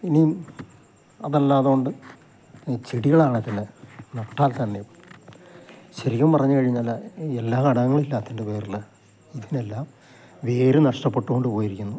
ഇനി അതല്ലാത്തതുകൊണ്ട് ഈ ചെടികളാണെങ്കിൽ നട്ടാൽ തന്നെ ശരിക്കും പറഞ്ഞു കഴിഞ്ഞാൽ എല്ലാ ഘടകങ്ങളും ഇല്ലാത്തതിൻ്റെ പേരിൽ ഇതിനെല്ലാം വേരു നഷ്ടപ്പെട്ടുകൊണ്ട് പോയിരിക്കുന്നു